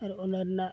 ᱟᱨ ᱚᱱᱟ ᱨᱮᱱᱟᱜ